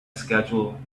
schedule